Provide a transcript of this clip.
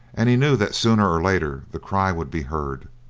and he knew that sooner or later the cry would be heard.